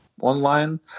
Online